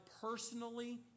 personally